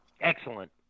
Excellent